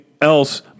else